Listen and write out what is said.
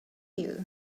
you